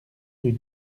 rue